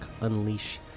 Unleash